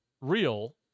real